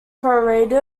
colorado